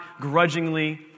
grudgingly